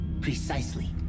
Precisely